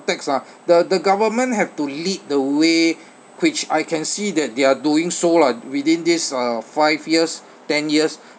~text ah the the government have to lead the way which I can see that they're doing so lah within this uh five years ten years